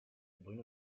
bruno